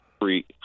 Free